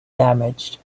damaged